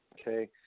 Okay